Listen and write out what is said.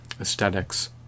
aesthetics